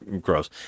gross